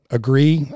agree